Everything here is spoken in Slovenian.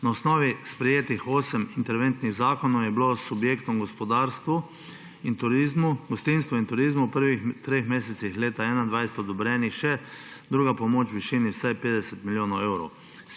Na osnovi sprejetih osmih interventnih zakonov je bila subjektom v gospodarstvu, gostinstvu in turizmu v prvih treh mesecih leta 2021 odobrena še druga pomoč v višini vsaj 50 milijonov evrov.